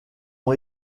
ont